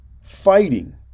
fighting